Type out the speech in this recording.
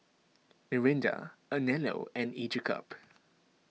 Mirinda Anello and Each a cup